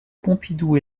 pompidou